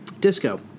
Disco